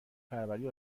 پروری